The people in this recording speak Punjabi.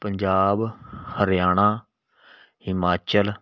ਪੰਜਾਬ ਹਰਿਆਣਾ ਹਿਮਾਚਲ